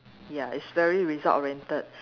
ya it's very result orientated